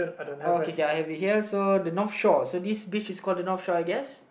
oh okay okay I have it here so the North Shore so this beach is called the North Shore I guess